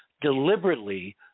deliberately